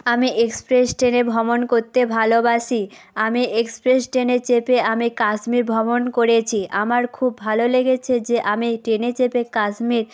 আমি এক্সপ্রেস ট্রেনে ভ্রমণ করতে ভালোবাসি আমি এক্সপ্রেস ট্রেনে চেপে আমি কাশ্মীর ভ্রমণ করেছি আমার খুব ভালো লেগেছে যে আমি ট্রেনে চেপে কাশ্মীর